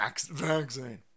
Vaccine